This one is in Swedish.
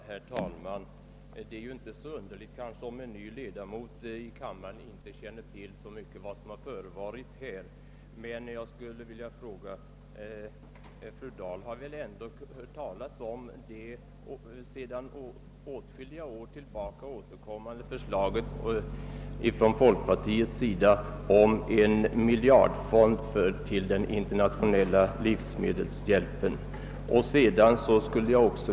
Herr talman! Det är kanske inte så underligt om en ny ledamot av kammaren inte känner till så mycket om vad som har förekommit tidigare. Fru Dahl har väl ändå hört talas om det sedan åtskilliga år tillbaka återkommande förslaget från folkpartiets sida om en miljardfond till den internationella livsmedelshjälpen.